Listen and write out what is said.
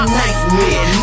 nightmare